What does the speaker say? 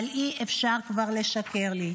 אבל אי-אפשר כבר לשקר לי.